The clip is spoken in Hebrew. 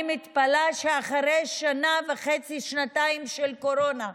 אני מתפלאת שאחרי שנה וחצי-שנתיים של קורונה,